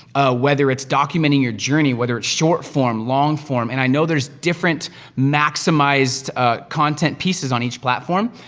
whether it's documenting your journey, whether it's short-form, long-form, and i know there's different maximized content pieces on each platform,